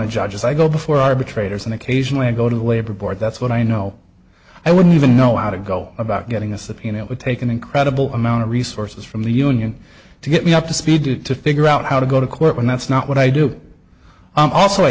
of judges i go before arbitrators and occasionally i go to the labor board that's what i know i wouldn't even know how to go about getting a subpoena it would take an incredible amount of resources from the union to get me up to speed to to figure out how to go to court when that's not what i do also i